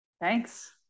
Thanks